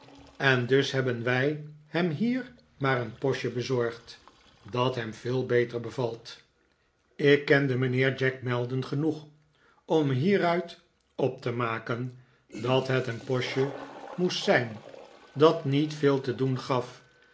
en dus hebben wij hem hier maar een postje bezorgd dat hem veel beter bevalt ik kende mijnheer jack maldon genoeg om hieruit op te maken dat het een postje moest zijn dat niet veel te doen gaf